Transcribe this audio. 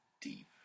deep